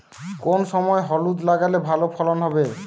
কোন সময় হলুদ লাগালে ভালো ফলন হবে?